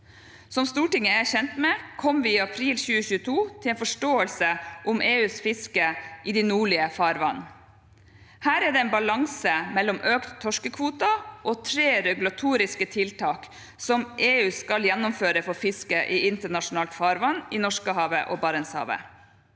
Som Stortinget er kjent med, kom vi i april 2022 til en forståelse om EUs fiske i de nordlige farvann. Her er det en balanse mellom økte torskekvoter og tre regulatoriske tiltak som EU skal gjennomføre for fiske i internasjonalt farvann, i Norskehavet og Barentshavet.